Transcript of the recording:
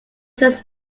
just